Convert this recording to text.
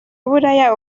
buraya